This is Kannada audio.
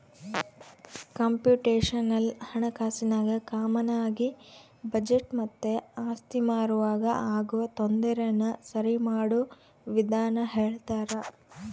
ಕಂಪ್ಯೂಟೇಶನಲ್ ಹಣಕಾಸಿನಾಗ ಕಾಮಾನಾಗಿ ಬಜೆಟ್ ಮತ್ತೆ ಆಸ್ತಿ ಮಾರುವಾಗ ಆಗೋ ತೊಂದರೆನ ಸರಿಮಾಡೋ ವಿಧಾನ ಹೇಳ್ತರ